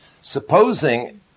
supposing